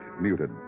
muted